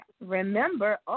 Remember